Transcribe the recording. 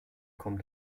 kommt